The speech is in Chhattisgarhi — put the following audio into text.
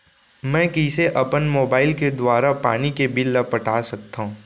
मैं कइसे अपन मोबाइल के दुवारा पानी के बिल ल पटा सकथव?